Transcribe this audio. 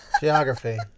Geography